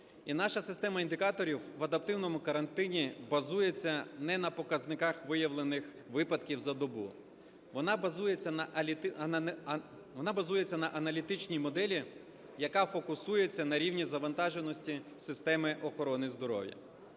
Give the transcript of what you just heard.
І наша система індикаторів в адаптивному карантині базується не на показниках виявлених випадків за добу, вона базується на аналітичній моделі, яка фокусується на рівні завантаженості системи охорони здоров'я.